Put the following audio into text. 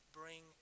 bring